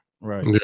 right